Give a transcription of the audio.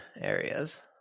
areas